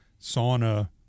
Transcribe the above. sauna